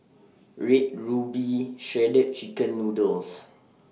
Red Ruby Shredded Chicken Noodles